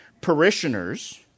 parishioners